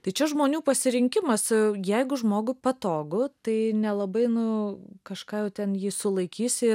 tai čia žmonių pasirinkimas jeigu žmogui patogu tai nelabai nu kažką jau ten jį sulaikysi